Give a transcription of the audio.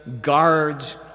guards